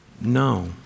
No